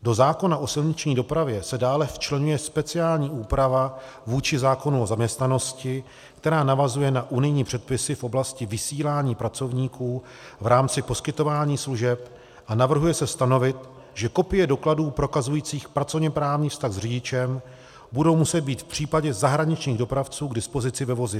Do zákona o silniční dopravě se dále včleňuje speciální úprava vůči zákonu o zaměstnanosti, která navazuje na unijní předpisy v oblasti vysílání pracovníků v rámci poskytování služeb, a navrhuje se stanovit, že kopie dokladů prokazujících pracovněprávní vztah s řidičem budou muset být v případě zahraničních dopravců k dispozici ve vozidle.